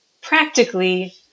practically